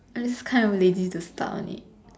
I'm just kind of lazy to start on it